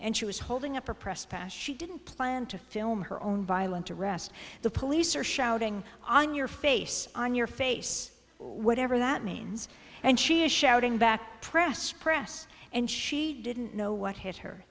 and she was holding up a press pass she didn't plan to film her own violent arrest the police are shouting on your face on your face whatever that means and she is shouting back press press and she didn't know what hit her